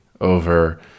over